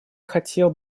хотел